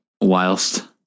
Whilst